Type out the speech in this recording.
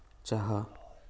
चाफा